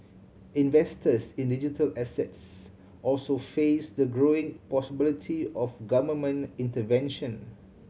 investors in digital assets also face the growing possibility of government intervention